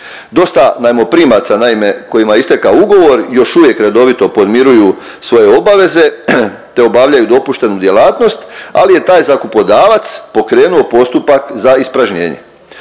Dosta najmoprimaca naime kojima je istekao ugovor još uvijek redovito podmiruju svoje obaveze te obavljaju dopuštenu djelatnost, ali je taj zakupodavac pokrenuo postupak za ispražnjenje.